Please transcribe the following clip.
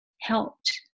helped